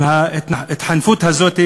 עם ההתחנפות הזאת,